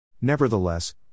Nevertheless